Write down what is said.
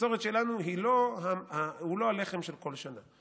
המסורת שלנו היא לא הלחם של כל השנה.